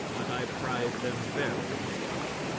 but i prize them very little.